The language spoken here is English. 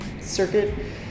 circuit